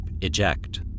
eject